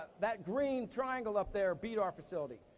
that green triangle up there beat our facility.